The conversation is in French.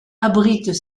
abritent